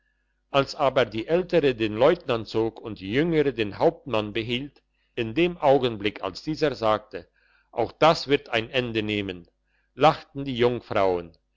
als aber die ältere den leutnant zog und die jüngere den hauptmann behielt in dem augenblick als dieser sagte auch das wird ein ende nehmen lachten die jungfrauen